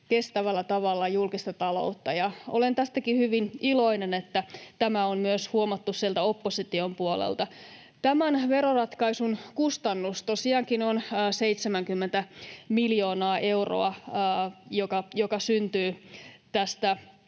kestävällä tavalla julkista taloutta. Olen tästäkin hyvin iloinen, että tämä on huomattu myös sieltä opposition puolelta. Tämän veroratkaisun kustannus tosiaankin on 70 miljoonaa euroa, joka syntyy tästä